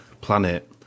planet